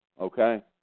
Okay